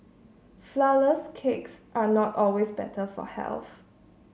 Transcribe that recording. flourless cakes are not always better for health